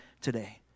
today